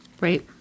Right